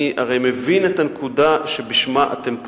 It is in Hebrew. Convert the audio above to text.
הרי אני מבין את הנקודה אשר בשמה אתם פונים.